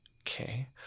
Okay